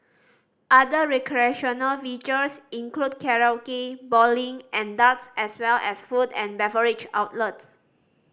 other recreational features include karaoke bowling and darts as well as food and beverage outlets